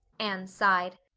anne sighed.